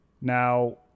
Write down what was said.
now